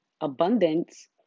abundance